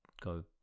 go